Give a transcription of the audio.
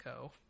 Co